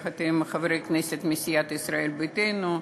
יחד עם חברי כנסת מסיעת ישראל ביתנו,